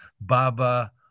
Baba